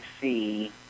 see